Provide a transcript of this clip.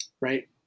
right